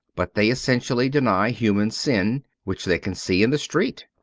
but they essentially deny human sin, which they can see in the street.